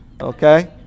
Okay